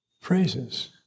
phrases